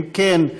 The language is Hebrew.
אם כן,